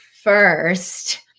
first